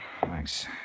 Thanks